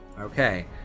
Okay